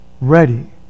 ready